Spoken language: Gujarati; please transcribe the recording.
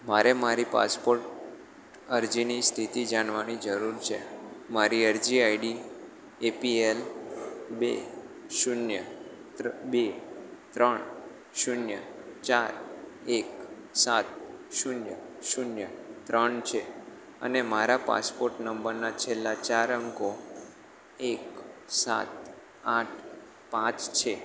મારે મારી પાસપોર્ટ અરજીની સ્થિતિ જાણવાની જરૂર છે મારી અરજી આઈડી એપીએલ બે શૂન્ય બે ત્રણ શૂન્ય ચાર એક સાત શૂન્ય શૂન્ય ત્રણ છે અને મારા પાસપોર્ટ નંબરના છેલ્લા ચાર અંકો એક સાત આઠ પાંચ છે